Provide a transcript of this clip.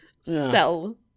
sell